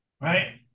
right